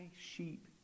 sheep